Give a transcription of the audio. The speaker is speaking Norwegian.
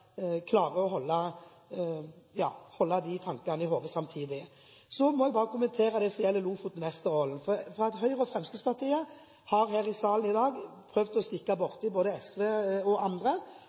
å holde de tankene i hodet samtidig. Så må jeg bare kommentere det som gjelder Lofoten og Vesterålen. Høyre og Fremskrittspartiet har her i salen i dag prøvd å pirke borti både SV og andre,